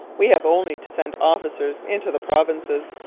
we have only to send officers into the provinces,